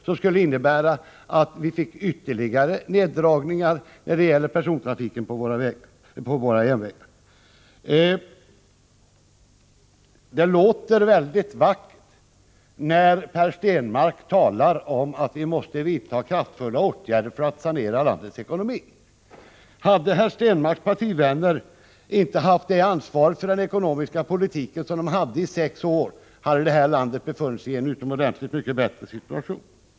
Det skulle innebära ytterligare neddragningar av persontrafiken på våra järnvägar. Det låter väldigt vackert när Per Stenmarck talar om att vi måste vidta kraftfulla åtgärder för att sanera landets ekonomi. Hade Per Stenmarcks partivänner inte haft ansvar för den ekonomiska politiken i sex år, hade detta land befunnit sig i en mycket bättre situation.